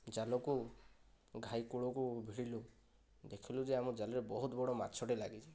ଜାଲକୁ ଘାଇ କୂଳକୁ ଭିଡ଼ିଲୁ ଦେଖିଲୁ ଯେ ଆମ ଜାଲରେ ବହୁତ ବଡ଼ ମାଛ ଟେ ଲାଗିଛି